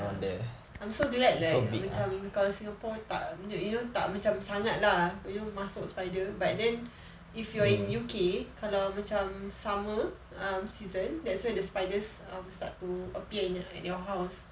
I'm so glad like macam kalau singapore tak you you know tak macam sangat lah you know masuk spider but then if you are in U_K kalau macam summer um season that's when the spiders um start to appear in in your house